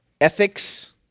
Ethics